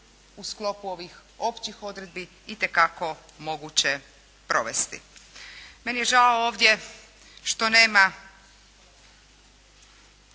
u sklopu ovih općih odredbi itekako moguće provesti. Meni je žao ovdje što nema